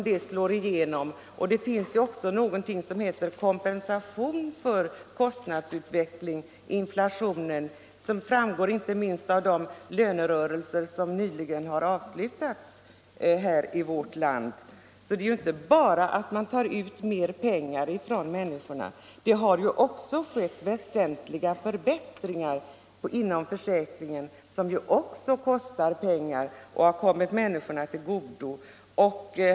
Det finns ju någonting som heter kompensation för kostnadsutvecklingen och inflationen, vilket framgått inte minst i den lönerörelse som nyligen avslutats här i vårt land. Det är inte bara fråga om att ta ut mer pengar från människorna. Det har ju också skett väsentliga förbättringar inom försäkringen som kostar pengar men som också kommer människorna till godo.